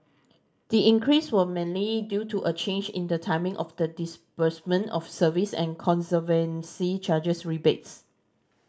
the increase was mainly due to a change in the timing of the disbursement of service and conservancy charges rebates